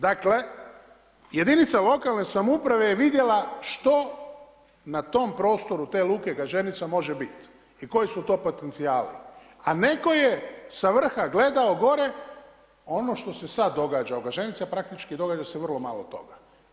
Dakle, jedinice lokalne samouprave je vidjela što na tom prostoru te luke Gaženica može biti i koji su to potencijali a neko je sa vrha gledao gore ono što se sad događa u Gaženici a praktički događa se vrlo malo toga.